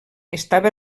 estava